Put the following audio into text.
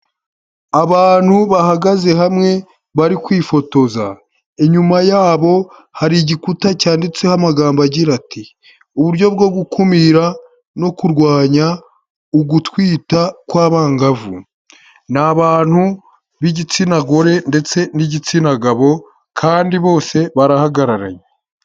Abantu bahagaze hamwe bari kwifotoza inyuma yabo hari igikuta cyanditseho amagambo agira ati: uburyo bwo gukumira no kurwanya ugutwita kw'abangavu ni abantu b'igitsina gore ndetse n'igitsina gabo kandi bose barahagararanye.